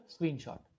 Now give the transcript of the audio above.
screenshot